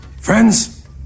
Friends